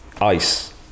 ice